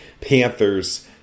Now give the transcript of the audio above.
Panthers